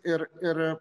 ir ir